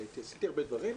עשיתי הרבה דברים,